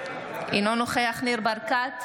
אינו נוכח ניר ברקת,